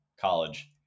college